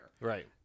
Right